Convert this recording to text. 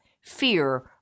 fear